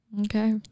Okay